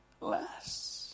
less